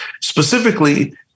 Specifically